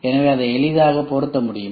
எனவே அதை எளிதாக பொருத்த முடியும்